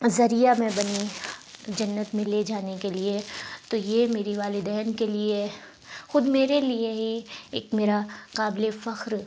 ذریعہ میں بنی جنت میں لے جانے کے لیے تو یہ میری والدین کے لیے خود میرے لیے ہی ایک میرا قابل فخر